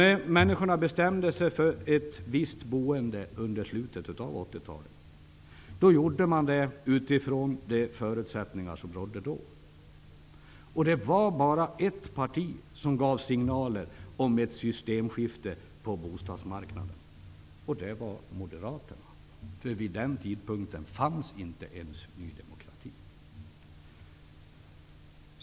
När människorna betämde sig för ett visst boende i slutet av 80-talet, gjorde de det utifrån de förutsättningar som rådde då. Och det vara bara ett parti som gav signaler om ett systemskifte på bostadsmarknaden -- Moderaterna. Vid den tidpunkten fanns inte ens Ny demokrati.